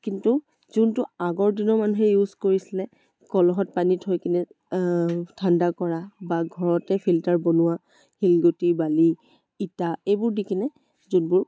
কিন্তু যোনটো আগৰ দিনৰ মানুহে ইউজ কৰিছিলে কলহত পানী থৈ কিনে ঠাণ্ডা কৰা বা ঘৰতে ফিল্টাৰ বনোৱা শিলগুটি বালি ইটা এইবোৰ দি কিনে যোনবোৰ